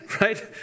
right